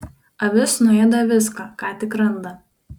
avis nuėda viską ką tik randa